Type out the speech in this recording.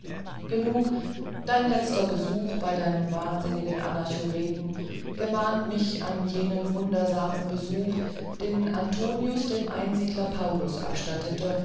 genug dein letzter besuch bei deinem wahnsinnigen anachoreten gemahnt mich an jenen wunderbaren besuch den antonius dem einsiedler paulus abstattete